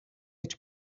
гэж